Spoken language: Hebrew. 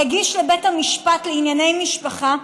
הגיש לבית המשפט לענייני משפחה,